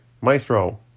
Maestro